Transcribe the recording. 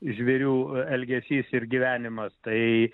žvėrių elgesys ir gyvenimas tai